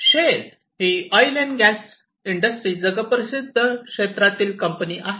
shell ही oil and gas industry जगप्रसिद्ध क्षेत्रातील कंपनी आहे